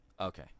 Okay